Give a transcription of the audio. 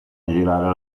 girare